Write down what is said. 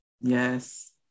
Yes